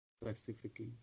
specifically